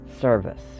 service